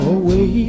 away